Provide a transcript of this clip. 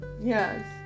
yes